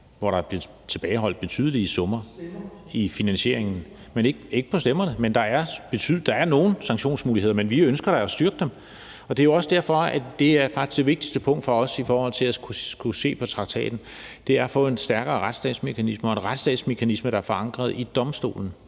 hvor der blev tilbageholdt betydelige summer i finansieringen. Det er ikke på stemmerne, men der er nogle sanktionsmuligheder. Vi ønsker da at styrke dem, og det er jo også derfor, det faktisk er det vigtigste punkt i forhold til at skulle se på traktaten. Det er at få en stærkere retsstatsmekanisme og en retsstatsmekanisme, der er forankret i Domstolen